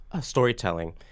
storytelling